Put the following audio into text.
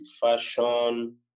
fashion